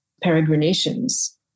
peregrinations